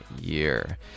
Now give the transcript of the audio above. year